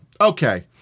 Okay